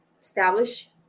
establish